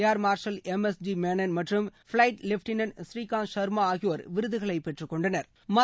ஏர் marshal M S G Menon மற்றும் flight lieutenant Punikant Sharma ஆகியோா் விருதுகளை பெற்றுக்கொண்டனா்